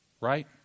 Right